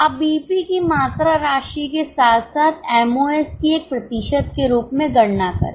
अब बीईपी की मात्रा राशि के साथ साथ एमओएस की एक प्रतिशत के रूप में गणना करें